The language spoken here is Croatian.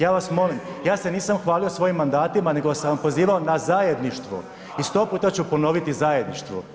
Ja vas molim, ja se nisam hvalio svojim mandatima, nego sam vas pozivao na zajedništvo i 100 puta ću ponoviti zajedništvo.